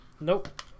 Nope